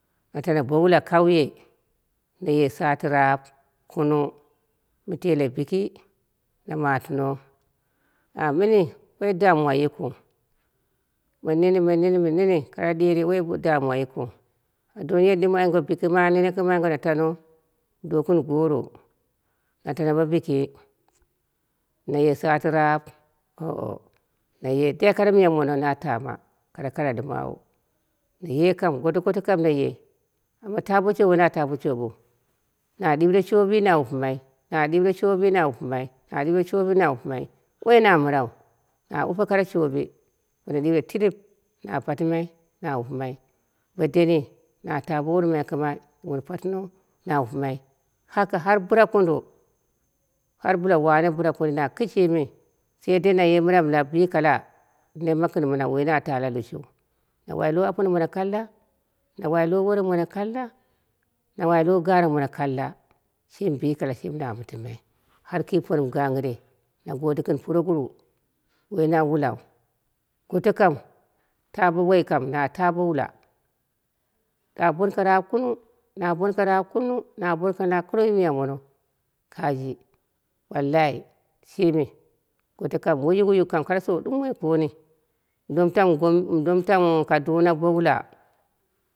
Na tano bo wula kauye naye sati raap kunung, mɨ tele biki na matino na nini woi damuwa yikɨn mɨn nini mɨn nini mɨn nini koro diri woi damusha yikɨu, a don yeni ai ngwa biki ma na tano, wu don gɨn goro, na tano bo biki, naye sati raap oo naye dai kare miya mono na tana, koro kanaɗi mawu naye kam gotogoto kam naye, amma ta bo shoɓi kam woi na ta bosho ɓiu. Na ɗiure shoɓi na wupɨmai na ɗiure shoɗi na wupɨmai na ɗiure shoɓu na wupɨmai woi na mɨrau, na wure kare shoɓi, bono ɗire tirir na patimai na wupɨmai bo deni na ta bo woromai kɨma mɨn patimai na wupɨmai, haka har bɨrakondo, hal bɨla wane bɨra kondo na kishimi, sheidei naye mɨra mɨ ka bikala nemma gɨn mɨna woi na ta lalushuwu, na wai lo arono mono kalla, na wai lo worom mobo kalla, na wai lo garak mono kalla. Shimi bikala shimi na mɨtɨmai, har ki pori mɨ gangɨre na gode gɨn puroguruwu woi na wulau, goto kam ta bo woi na ta bo wula, na bonko raap kunung, na bonko raap kunung na bonko na kunung yi miya mono, kaji wallayi shimi goto kam wuyuiwayuk shimi sau ɗumoi koni mɨ domu tam gom kaduna bo wula.